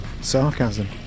sarcasm